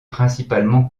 principalement